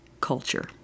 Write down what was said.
culture